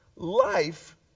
Life